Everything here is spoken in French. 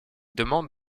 demande